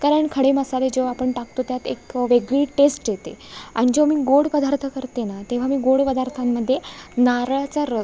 कारण खडे मसाले जेव्हा आपण टाकतो त्यात एक वेगळी टेस्ट येते आणि जेव्हा मी गोड पदार्थ करते ना तेव्हा मी गोड पदार्थांमध्ये नारळाचा रस